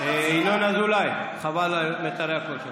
ינון אזולאי, חבל על מיתרי הקול שלך.